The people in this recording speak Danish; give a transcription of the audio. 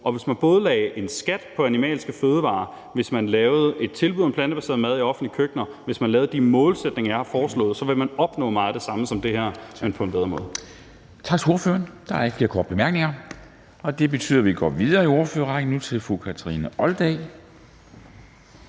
Og hvis man både lagde en skat på animalske fødevarer, hvis man lavede et tilbud om plantebaseret mad i offentlige køkkener, hvis man lavede de målsætninger, jeg har foreslået, så vil man opnå meget af det samme som det her, men på en bedre måde. Kl. 16:12 Formanden (Henrik Dam Kristensen): Tak til ordføreren. Der er ikke flere korte bemærkninger. Det betyder, at vi går videre i ordførerrækken til fru Kathrine Olldag,